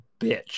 bitch